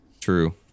True